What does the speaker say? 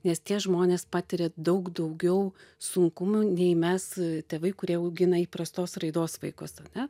nes tie žmonės patiria daug daugiau sunkumų nei mes tėvai kurie augina įprastos raidos vaikus ane